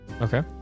Okay